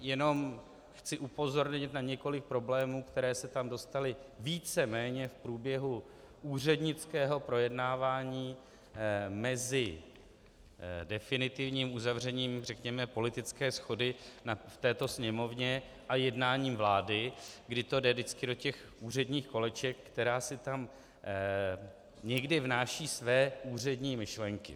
Jenom chci upozornit na několik problémů, které se tam dostaly víceméně v průběhu úřednického projednávání mezi definitivním uzavřením, řekněme, politické shody na této Sněmovně a jednáním vlády, kdy to jde vždycky do těch úředních koleček, která si tam někdy vnáší své úřední myšlenky.